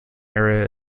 area